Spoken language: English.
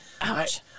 ouch